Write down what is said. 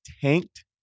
tanked